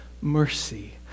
mercy